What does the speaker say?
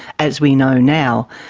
as we know now,